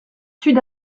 sud